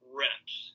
reps